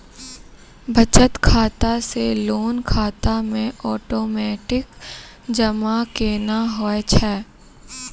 बचत खाता से लोन खाता मे ओटोमेटिक जमा केना होय छै?